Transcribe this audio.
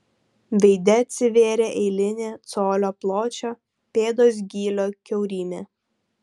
veide atsivėrė eilinė colio pločio pėdos gylio kiaurymė